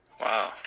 Wow